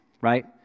right